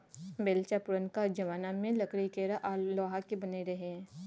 बेलचा पुरनका जमाना मे लकड़ी केर आ लोहाक बनय रहय